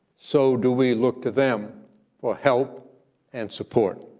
so do we look to them for help and support.